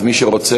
אז מי שרוצה,